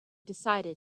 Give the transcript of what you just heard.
decided